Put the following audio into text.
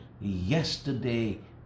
yesterday